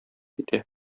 китә